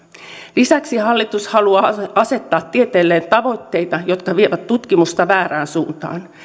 lisäksi hallitus haluaa asettaa tieteelle tavoitteita jotka vievät tutkimusta väärään suuntaan